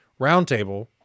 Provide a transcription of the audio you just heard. Roundtable